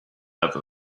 ever